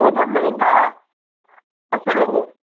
एॾो महांगा असां इएं